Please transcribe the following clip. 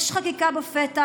יש חקיקה בפתח.